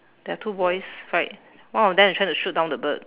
there are two boys right one of them is trying to shoot down the bird